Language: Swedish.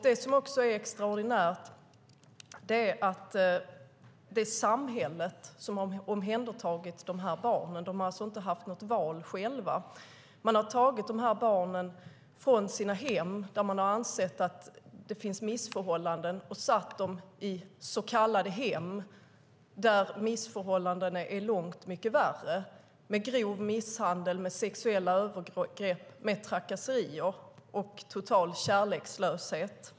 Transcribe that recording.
Det som också är extraordinärt är att det samhälle som omhändertagit dessa barn - de har inte haft något val själva - tagit dem från deras hem där man har ansett att det finns missförhållanden, har satt dem i så kallade hem där missförhållandena har varit långt mycket värre. Där har förekommit grov misshandel, sexuella övergrepp, trakasserier och total kärlekslöshet.